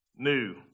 New